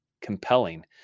compelling